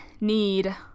need